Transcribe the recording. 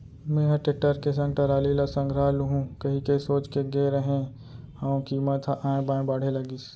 मेंहा टेक्टर के संग टराली ल संघरा लुहूं कहिके सोच के गे रेहे हंव कीमत ह ऑय बॉय बाढ़े लगिस